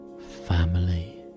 family